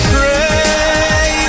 Pray